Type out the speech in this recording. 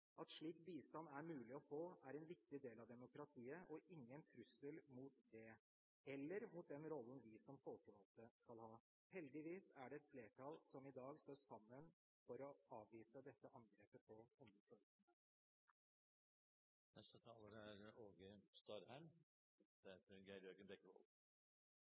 At slik bistand er mulig å få, er en viktig del av demokratiet og ingen trussel mot det eller mot den rollen vi som folkevalgte skal ha. Heldigvis er det et flertall som i dag står sammen for å avvise dette angrepet på